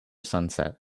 sunset